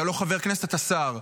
אתה לא חבר כנסת, אתה שר.